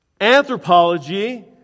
anthropology